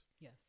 yes